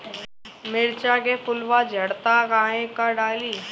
मिरचा के फुलवा झड़ता काहे का डाली?